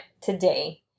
today